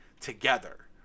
together